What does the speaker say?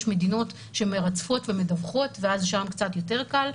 יש מדינות שמרצפות ומדווחות ואז שם קצת יותר קל.